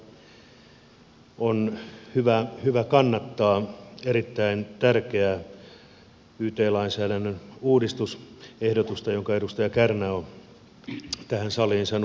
ilolla on hyvä kannattaa erittäin tärkeää yt lainsäädännön uudistusehdotusta jonka edustaja kärnä on tähän saliin saanut keskusteltavaksi